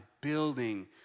building